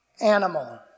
animal